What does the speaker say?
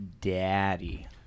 Daddy